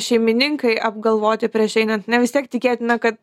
šeimininkai apgalvoti prieš einant na vis tiek tikėtina kad